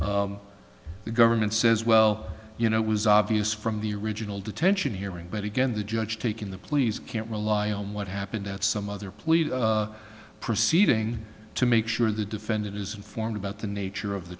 all the government says well you know it was obvious from the original detention hearing but again the judge taking the pleas can't rely on what happened at some other police proceeding to make sure the defendant is informed about the nature